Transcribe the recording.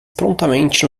prontamente